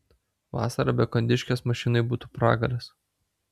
vasarą be kondiškės mašinoj būtų pragaras